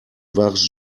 wahres